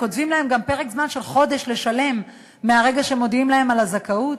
קוצבים להם גם פרק זמן של חודש לשלם מהרגע שמודיעים להם על הזכאות.